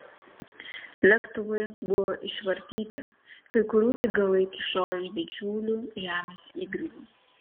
lėktuvai buvo išvartyti kai kurių tik galai kyšojo iš didžiulių žemės įgriuvų